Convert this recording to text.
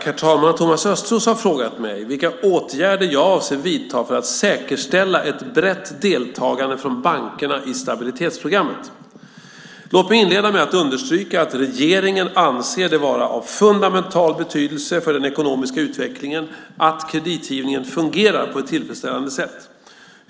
Herr talman! Thomas Östros har frågat mig vilka åtgärder jag avser att vidta för att säkerställa ett brett deltagande från bankerna i stabilitetsprogrammet. Låt mig inleda med att understryka att regeringen anser det vara av fundamental betydelse för den ekonomiska utvecklingen att kreditgivningen fungerar på ett tillfredsställande sätt.